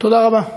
תודה רבה.